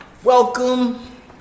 Welcome